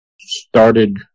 started